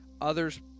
others